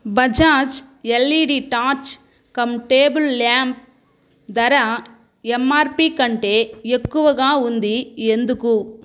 Bajaj LED torch cum table lamp ధర MRP కంటే ఎక్కువగా ఉంది ఎందుకు